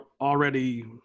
already